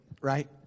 right